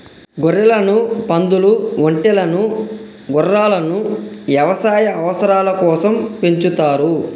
గొర్రెలను, పందాలు, ఒంటెలను గుర్రాలను యవసాయ అవసరాల కోసం పెంచుతారు